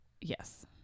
Yes